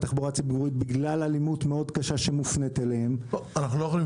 בתחבורה הציבורית בגלל אלימות קשה מאוד שמופנית כלפיהם -- אנחנו צריכים